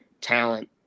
talent